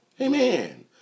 Amen